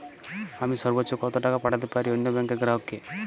আমি সর্বোচ্চ কতো টাকা পাঠাতে পারি অন্য ব্যাংক র গ্রাহক কে?